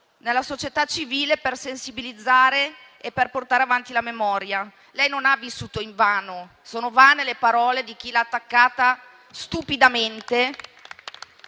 nella società civile per sensibilizzare e per portare avanti la memoria. Lei non ha vissuto invano. Sono vane le parole di chi l'ha attaccata stupidamente.